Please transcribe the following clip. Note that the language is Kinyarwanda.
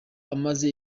amaze